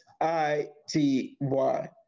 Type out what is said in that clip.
I-T-Y